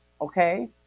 okay